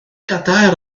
gadair